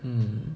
mm